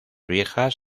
viejas